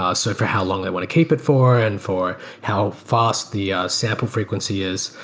ah so for how long they want to keep it for and for how fast the sample frequency is.